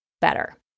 better